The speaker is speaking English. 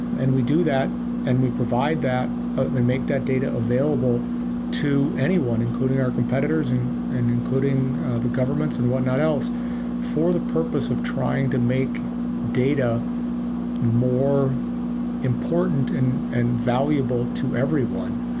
and we do that and we provide that and make that data available to anyone, including our competitors and and including the governments and whatnot else for the purpose of trying to make data more important and and valuable to everyone.